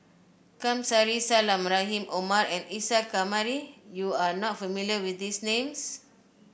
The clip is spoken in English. Kamsari Salam Rahim Omar and Isa Kamari You are not familiar with these names